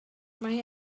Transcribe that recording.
mae